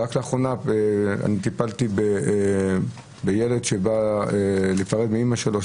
רק לאחרונה טיפלתי בילד שבא להיפרד מאמא שלו,